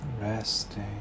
resting